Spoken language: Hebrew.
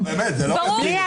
דבריך.